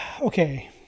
okay